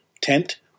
tent